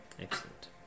Excellent